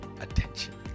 attention